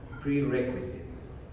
prerequisites